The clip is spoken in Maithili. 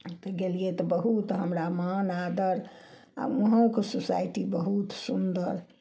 तऽ गेलियै तऽ बहुत हमरा मान आदर आ उहौँके सोसाइटी बहुत सुन्दर